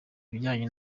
ibijyanye